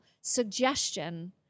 suggestion